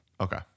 Okay